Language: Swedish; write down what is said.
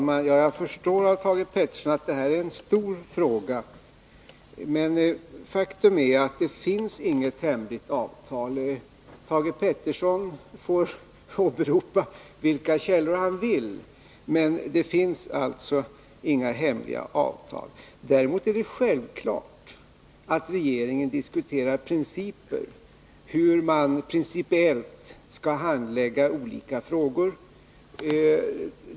Herr talman! Jag förstår av Thage Petersons inlägg att detta är en stor fråga. Men faktum är att det inte finns något hemligt avtal. Thage Peterson får åberopa vilka källor han vill, men det finns alltså inga hemliga avtal. Däremot är det självklart att regeringen diskuterar principer — hur man principiellt skall handlägga olika frågor.